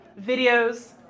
videos